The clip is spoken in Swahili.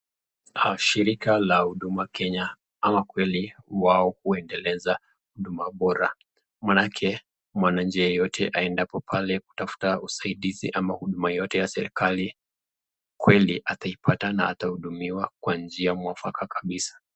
Shirika la Huduma Kenya ama kweli wao huendeleza huduma bora, maanake mwananjia yeyote aendapo pale kutafuta usaidizi ama huduma yoyote ya serikali, kweli ataipata na atahudumiwa kwa njia mwafaka kabisa.